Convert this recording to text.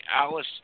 Alice